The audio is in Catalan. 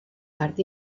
part